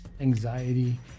anxiety